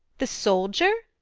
the soldier?